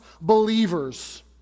believers